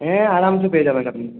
হ্যাঁ আরামসে পেয়ে যাবেন আপনি